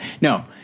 No